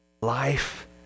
Life